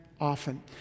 often